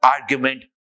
argument